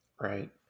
Right